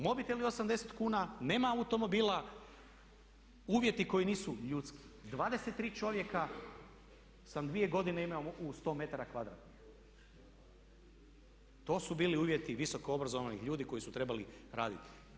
Mobiteli 80 kuna, nema automobila, uvjeti koji nisu ljudski, 23 čovjeka sam dvije godine imao u 100 metara kvadratnih, to su bili uvjeti visoko obrazovanih ljudi koji su trebali raditi.